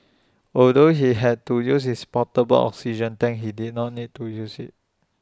although he had to use his portable oxygen tank he did not need to use IT